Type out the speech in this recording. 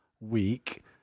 week